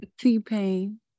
T-Pain